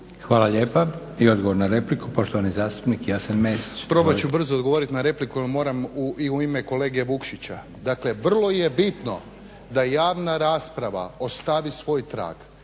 Hvala lijepa. I odgovor na repliku poštovani zastupnik Jasen Mesić.